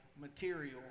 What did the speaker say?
material